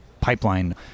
pipeline